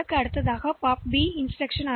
எனவே டி மதிப்பு மாற்றியமைக்கப்பட்டிருக்கலாம்